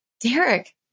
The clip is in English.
Derek